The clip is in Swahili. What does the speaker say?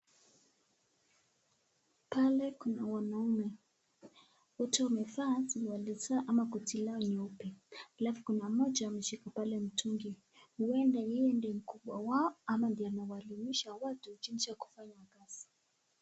Pale kuna wanaume. Wote wamevaa suruali zao ama koti lao nyeupe, alafu kuna mmoja ameshika pale mtungi. Huenda yeye ndiye mkubwa wao ama ndio anawaelimisha watu jinsi ya kufanya kazi.